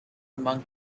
among